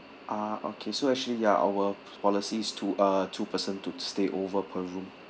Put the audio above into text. ah okay so actually ya our policy is two uh two person to stay over per room